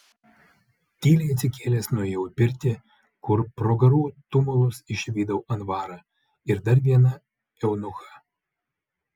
tyliai atsikėlęs nuėjau į pirtį kur pro garų tumulus išvydau anvarą ir dar vieną eunuchą